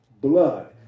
blood